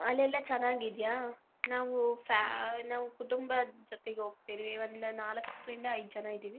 ಅಲ್ಲೆಲ್ಲ ಚೆನ್ನಾಗಿದೆಯಾ ನಾವು ಫ್ಯಾ ನಾವು ಕುಟುಂಬದ ಜೊತೆಗೆ ಹೋಗ್ತೇವೆ ಒಂದು ನಾಲ್ಕರಿಂದ ಐದು ಜನ ಇದ್ದೀವಿ